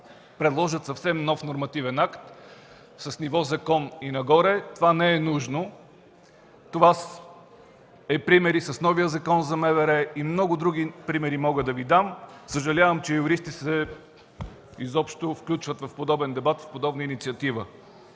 предложат съвсем нов нормативен акт с ниво закон и нагоре. Това не е нужно. Това е пример и с новия Закон за МВР. Мога да Ви дам и много други примери. Съжалявам, че юристите изобщо се включват в подобен дебат и с подобна инициатива.